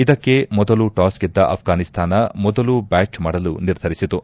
ಇದಕ್ಕೆ ಮೊದಲು ಟಾಸ್ ಗೆದ್ದ ಅಫ್ರಾನಿಸ್ತಾನ ಮೊದಲು ಬ್ಚಾಟ್ ಮಾಡಲು ನಿರ್ಧರಿಸಿತು